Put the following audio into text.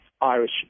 Irish